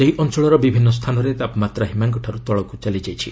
ସେହି ଅଞ୍ଚଳର ବିଭିନ୍ନ ସ୍ଥାନରେ ତାପମାତ୍ରା ହିମାଙ୍କଠାରୁ ତଳକୁ ଚାଲିଯାଇଛି